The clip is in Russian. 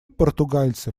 португальцы